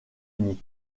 uni